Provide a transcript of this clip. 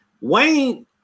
Wayne